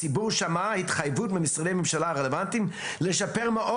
הציבור שמע התחייבות ממשרדי הממשלה הרלוונטיים לשפר מאוד